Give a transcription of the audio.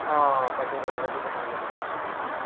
हा पतो करे वठो त तव्हांखे पतो लॻी वेंदो